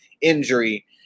injury